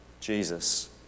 Jesus